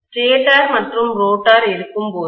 stator மற்றும் rotor இருக்கும்போது